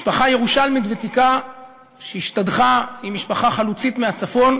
משפחה ירושלמית ותיקה שהשתדכה עם משפחה חלוצית מהצפון,